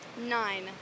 Nine